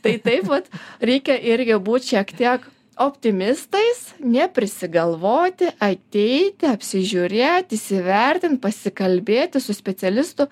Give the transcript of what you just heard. tai taip vat reikia irgi būt šiek tiek optimistais neprisigalvoti ateiti apsižiūrėt įsivertint pasikalbėti su specialistu